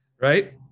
Right